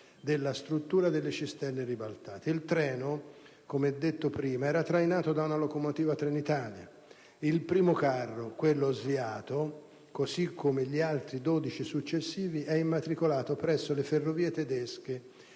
della struttura delle cisterne ribaltate. Il treno, come detto prima, era trainato da una locomotiva Trenitalia; il primo carro, quello sviato, così come gli altri 12 successivi, è immatricolato presso le ferrovie tedesche,